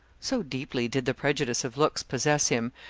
so deeply did the prejudice of looks possess him,